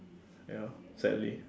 ya sadly